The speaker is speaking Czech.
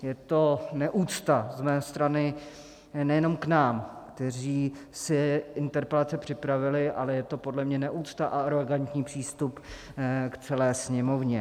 Je to neúcta z strany nejenom k nám, kteří si interpelace připravili, ale je to podle mě neúcta a arogantní přístup k celé Sněmovně.